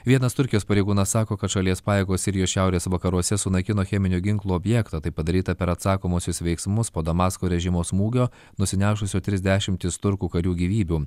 vienas turkijos pareigūnas sako kad šalies pajėgos sirijos šiaurės vakaruose sunaikino cheminių ginklų objektą tai padaryta per atsakomuosius veiksmus po damasko režimo smūgio nusinešusio tris dešimtis turkų karių gyvybių